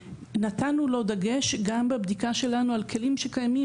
ונתנו לו דגש גם בבדיקה שלנו על כלים שקיימים